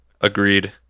Agreed